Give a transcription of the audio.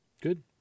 Good